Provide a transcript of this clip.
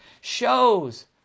shows